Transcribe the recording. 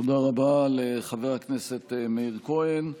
תודה רבה לחבר הכנסת מאיר כהן.